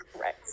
Right